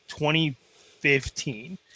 2015